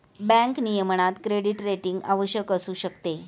bank नियमनात credit rating आवश्यक असू शकते